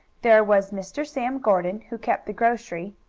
there was mr. sam gordon, who kept the grocery,